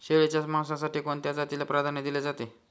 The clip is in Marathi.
शेळीच्या मांसासाठी कोणत्या जातीला प्राधान्य दिले जाते?